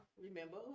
remember